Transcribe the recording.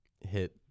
hit